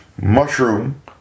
mushroom